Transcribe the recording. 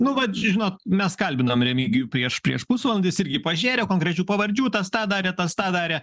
nu vat žinot mes kalbinom remigijų prieš prieš pusvalandį jis irgi pažėrė konkrečių pavardžių tas tą darė tas tą darė